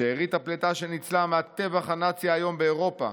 "שארית הפליטה שניצלה מהטבח הנאצי האיום באירופה